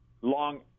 long